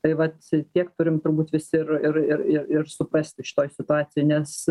tai vat tiek turim turbūt visi ir ir ir ir ir suprasti šitoj situacijoj nes